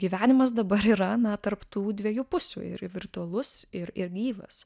gyvenimas dabar yra na tarp tų dviejų pusių ir virtualus ir ir gyvas